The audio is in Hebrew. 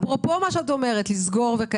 לגבי מה שאת אומרת, לסגור את המקומות,